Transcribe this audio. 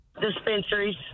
dispensaries